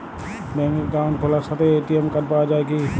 ব্যাঙ্কে অ্যাকাউন্ট খোলার সাথেই এ.টি.এম কার্ড পাওয়া যায় কি?